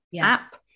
app